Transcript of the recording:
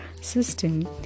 system